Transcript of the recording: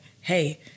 hey